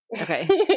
Okay